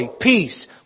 peace